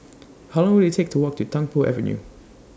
How Long Will IT Take to Walk to Tung Po Avenue